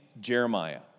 Jeremiah